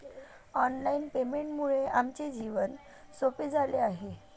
online पेमेंटमुळे आमचे जीवन सोपे झाले आहे